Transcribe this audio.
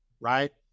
Right